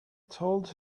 told